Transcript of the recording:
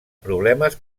problemes